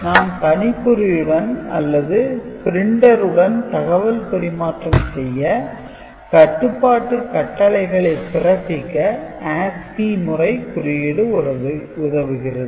நாம் கணிப்பொறியுடன் அல்லது பிரண்டருடன் தகவல் பரிமாற்றம் செய்ய கட்டுபாட்டு கட்டளைகளை பிறப்பிக்க ASCII முறை குறியீடு உதவுகிறது